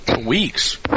weeks